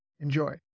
Enjoy